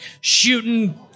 shooting